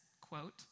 quote